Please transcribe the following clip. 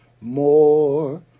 More